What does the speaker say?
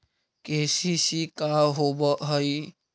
KCC का होव हइ?